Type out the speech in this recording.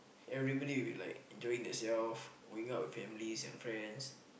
everybody will be like enjoying themselves going out with families and friends